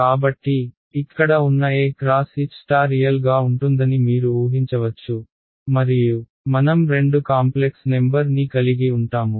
కాబట్టి ఇక్కడ ఉన్న E x H రియల్ గా ఉంటుందని మీరు ఊహించవచ్చు మరియు మనం రెండు కాంప్లెక్స్ నెంబర్ ని కలిగి ఉంటాము